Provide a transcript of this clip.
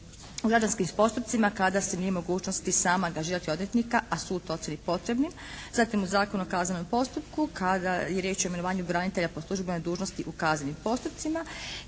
u građanskim postupcima kada si nije u mogućnosti sam angažirati odvjetnika, a sud to procijeni potrebnim. Zatim Zakon o kaznenom postupku kada je riječ o imenovanju branitelja po službenoj dužnosti u kaznenim postupcima